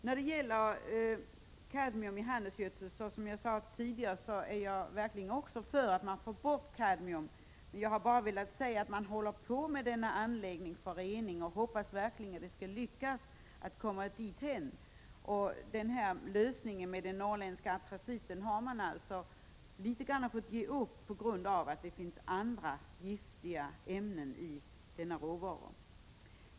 När det gäller kadmium i handelsgödsel är jag, som jag sade tidigare, verkligen också för att få bort kadmium. Men man håller på med denna anläggning för rening, och jag hoppas att man där skall lyckas komma dithän. Lösningen med den norrländska antraciten har man fått ge upp en smula på grund av att det finns andra giftiga ämnen i denna råvara.